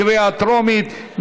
קריאה טרומית,